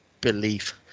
belief